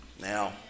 now